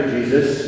Jesus